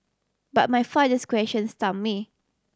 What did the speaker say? but my father's question stump me